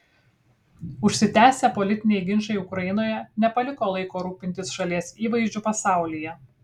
užsitęsę politiniai ginčai ukrainoje nepaliko laiko rūpintis šalies įvaizdžiu pasaulyje